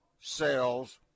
sales